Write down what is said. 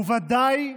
הוא "ודאי"